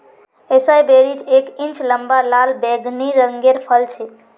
एसाई berries एक inch लंबा लाल बैंगनी रंगेर फल छे